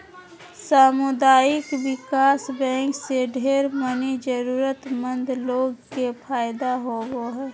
सामुदायिक विकास बैंक से ढेर मनी जरूरतमन्द लोग के फायदा होवो हय